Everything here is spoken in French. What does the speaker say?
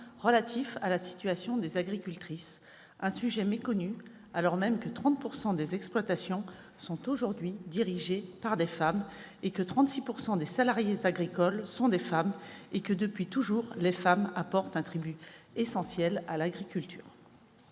relatif à la situation des agricultrices, un sujet méconnu, alors même que 30 % des exploitations sont aujourd'hui dirigées par des femmes, que 36 % des salariés agricoles sont des femmes, et que, depuis toujours, les femmes apportent un tribut essentiel à l'agriculture.